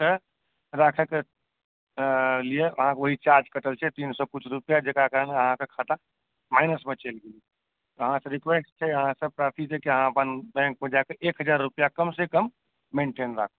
हॅं हॅं